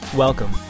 Welcome